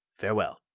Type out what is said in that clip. farewell.